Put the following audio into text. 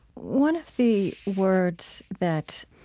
one of the words that